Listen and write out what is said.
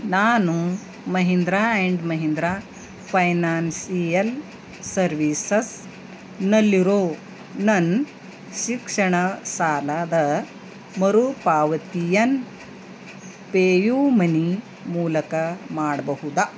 ನಾನು Mahindra and Mahindra financial ಸರ್ವಿಸಸ್ನಲ್ಲಿರೋ ನನ್ನ ಶಿಕ್ಷಣ ಸಾಲದ ಮರುಪಾವತಿಯನ್ನ ಪೇಯುಮನಿ ಮೂಲಕ ಮಾಡಬಹುದಾ